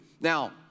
Now